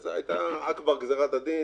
וזו היתה אכבר גזירת הדין,